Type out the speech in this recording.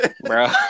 Bro